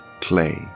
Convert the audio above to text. clay